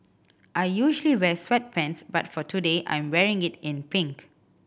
I usually wear sweatpants but for today I'm wearing it in pink